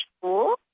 school